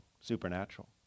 supernatural